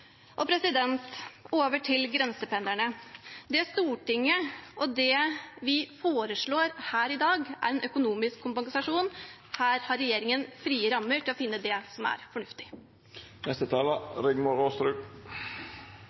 Over til grensependlerne: Det vi foreslår her i dag, er en økonomisk kompensasjon. Her har regjeringen frie rammer til å finne det som er